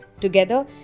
Together